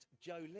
Joe